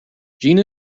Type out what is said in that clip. gina